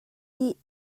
dih